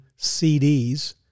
CDs